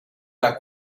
una